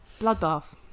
bloodbath